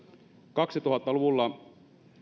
kaksituhatta luvulla